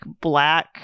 black